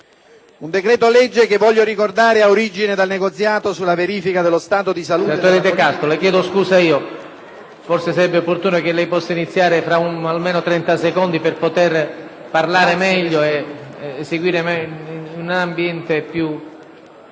un decreto-legge che, lo voglio ricordare, ha origine dal negoziato sulla verifica dello stato di salute